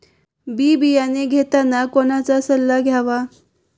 बी बियाणे घेताना कोणाचा सल्ला घ्यावा?